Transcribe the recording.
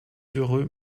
heureux